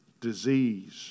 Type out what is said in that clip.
Disease